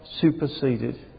superseded